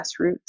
grassroots